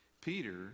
Peter